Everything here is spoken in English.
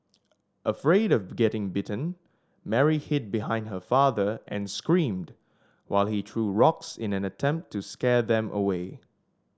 afraid of getting bitten Mary hid behind her father and screamed while he threw rocks in an attempt to scare them away